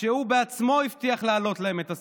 שהוא בעצמו הבטיח להעלות להם את השכר.